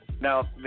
now